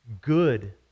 Good